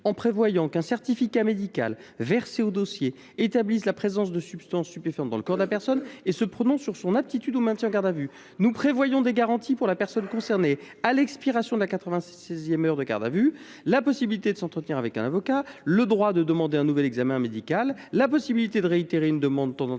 en prévoyant qu’un certificat médical, versé au dossier, établisse la présence de substances stupéfiantes dans le corps de la personne et se prononce sur son aptitude au maintien en garde à vue. Nous prévoyons des garanties pour la personne concernée à l’expiration de la quatre vingt seizième heure de garde à vue : la possibilité de s’entretenir avec un avocat ; le droit de demander un nouvel examen médical ; la possibilité de réitérer une demande tendant